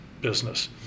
business